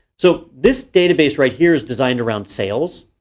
so, this database right here is designed around sales,